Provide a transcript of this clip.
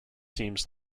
seems